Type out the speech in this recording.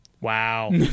wow